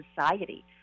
society